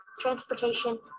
transportation